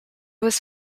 was